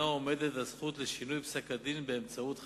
עומדת הזכות לשינוי פסק-הדין באמצעות חקיקה.